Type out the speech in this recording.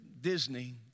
Disney